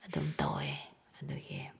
ꯑꯗꯨꯝ ꯇꯧꯋꯦ ꯑꯗꯨꯒꯤ